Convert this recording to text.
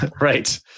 right